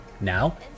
Now